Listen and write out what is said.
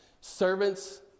servants